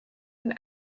and